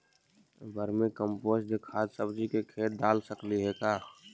Vermi compost खाद सब्जी के खेत दाल सकली हे का?